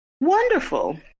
Wonderful